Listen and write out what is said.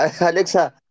Alexa